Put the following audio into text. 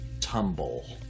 tumble